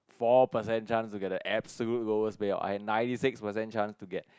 four percent chance to get the absolute lowest payout and ninety six percent chance to get